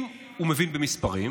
אם הוא מבין במספרים